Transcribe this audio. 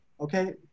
okay